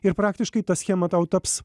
ir praktiškai ta schema tau taps